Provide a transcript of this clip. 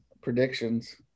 predictions